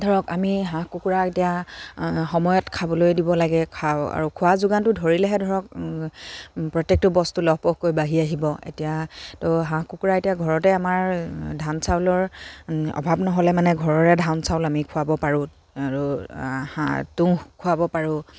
ধৰক আমি হাঁহ কুকুৰা এতিয়া সময়ত খাবলৈ দিব লাগে খাওঁ আৰু খা খোৱা যোগানটো ধৰিলেহে ধৰক প্ৰত্যেকটো বস্তু লহপহকৈ বাঢ়ি আহিব এতিয়া ত' হাঁহ কুকুৰা এতিয়া ঘৰতে আমাৰ ধান চাউলৰ অভাৱ নহ'লে মানে ঘৰৰে ধান চাউল আমি খুৱাব পাৰোঁ আৰু হাঁহ তুঁহ খুৱাব পাৰোঁ